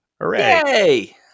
Hooray